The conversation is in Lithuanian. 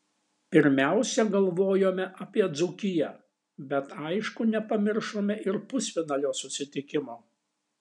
pirmiausia galvojome apie dzūkiją bet aišku nepamiršome ir pusfinalio susitikimo